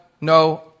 no